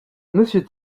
monsieur